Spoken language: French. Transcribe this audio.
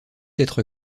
être